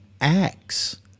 Acts